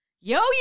yo